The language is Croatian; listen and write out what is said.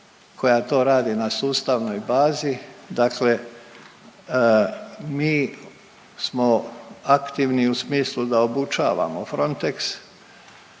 koja to radi na sustavnoj bazi, dakle mi smo aktivni u smislu da obučavamo Frontex,